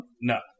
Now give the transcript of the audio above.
No